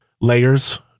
layers